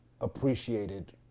appreciated